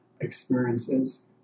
experiences